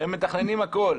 הם מתכננים הכול.